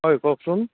হয় কওকচোন